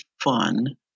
fun